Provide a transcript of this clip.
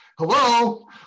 hello